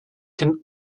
can